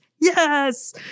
Yes